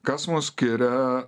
kas mus skiria